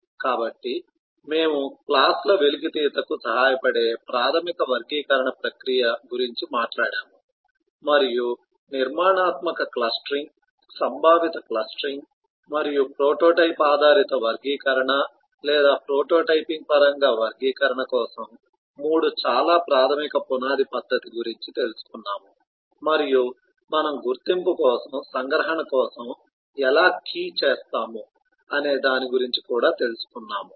కాబట్టి మేము క్లాస్ ల వెలికితీతకు సహాయపడే ప్రాథమిక వర్గీకరణ ప్రక్రియ గురించి మాట్లాడాము మరియు నిర్మాణాత్మక క్లస్టరింగ్ సంభావిత క్లస్టరింగ్ మరియు ప్రోటోటైప్ ఆధారిత వర్గీకరణ లేదా ప్రోటోటైపింగ్ పరంగా వర్గీకరణ కోసం 3 చాలా ప్రాథమిక పునాది పద్దతి గురించి తెలుసుకున్నాము మరియు మనము గుర్తింపు కోసం సంగ్రహణ కోసం ఎలా కీ చేస్తాము అనే దాని గురించి కూడా తెలుసుకున్నాము